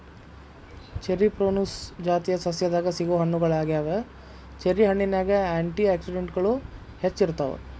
cherry ಪ್ರೂನುಸ್ ಜಾತಿಯ ಸಸ್ಯದಾಗ ಸಿಗೋ ಹಣ್ಣುಗಳಗ್ಯಾವ, ಚೆರಿ ಹಣ್ಣಿನ್ಯಾಗ ಆ್ಯಂಟಿ ಆಕ್ಸಿಡೆಂಟ್ಗಳು ಹೆಚ್ಚ ಇರ್ತಾವ